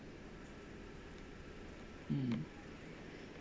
mm